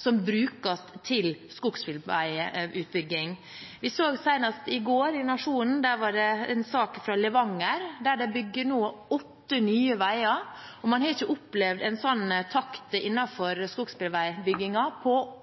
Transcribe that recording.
som brukes til skogsbilveiutbygging hvert år. Vi så senest i går i Nationen en sak fra Levanger, der de nå bygger åtte nye veier. En har ikke opplevd en slik takt innenfor skogsbilveibyggingen på